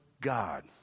God